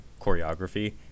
choreography